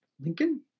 Lincoln